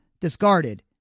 discarded